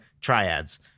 triads